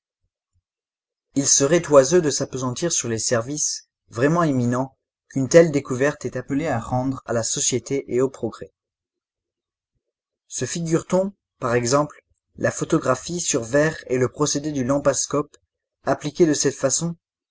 il serait oiseux de s'appesantir sur les services vraiment éminents qu'une telle découverte est appelée à rendre à la société et au progrès se figure-t-on par exemple la photographie sur verre et le procédé du lampascope appliqués de cette façon